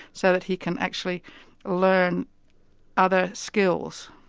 so that he can actually learn other skills.